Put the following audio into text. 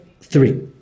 three